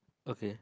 okay